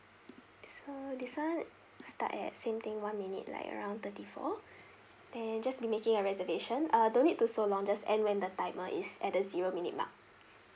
so this [one] start at same thing one minute like around thirty four then just be making a reservation ah don't need to so long just end when the timer is at the zero minute mark